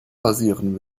passieren